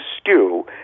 stew